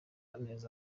neza